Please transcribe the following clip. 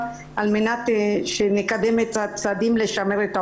על-מנת שנקדם את הצעדים לשמר את העובדים.